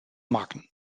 marken